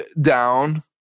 down